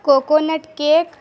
coconut cake